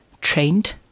trained